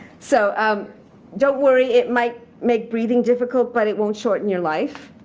so um don't worry. it might make breathing difficult, but it won't shorten your life.